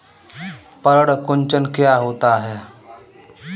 पर्ण कुंचन क्या होता है?